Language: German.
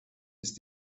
ist